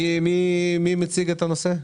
מי מציג את הנושא?